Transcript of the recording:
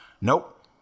Nope